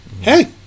hey